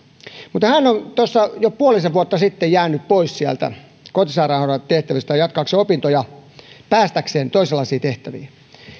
mutta hän on tuossa jo puolisen vuotta sitten jäänyt pois sieltä kotisairaanhoitajan tehtävistä jatkaakseen opintoja päästäkseen toisenlaisiin tehtäviin